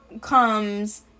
comes